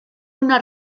una